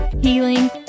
healing